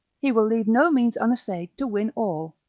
he will leave no means unessay'd to win all.